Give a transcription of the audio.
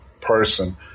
person